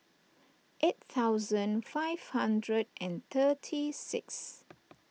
eight thousand five hundred and thirty six